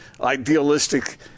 idealistic